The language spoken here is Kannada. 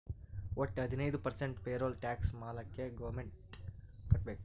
ವಟ್ಟ ಹದಿನೈದು ಪರ್ಸೆಂಟ್ ಪೇರೋಲ್ ಟ್ಯಾಕ್ಸ್ ಮಾಲ್ಲಾಕೆ ಗೌರ್ಮೆಂಟ್ಗ್ ಕಟ್ಬೇಕ್